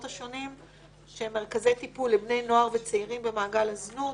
השונים שהם מרכזי טיפול לבני נוער וצעירים במעגל הזנות.